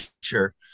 sure